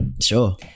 Sure